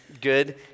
good